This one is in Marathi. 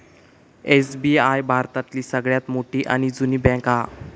एस.बी.आय भारतातली सगळ्यात मोठी आणि जुनी बॅन्क हा